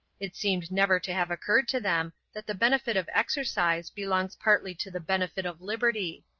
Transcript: it seemed never to have occurred to them that the benefit of exercise belongs partly to the benefit of liberty.